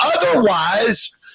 otherwise